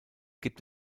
gibt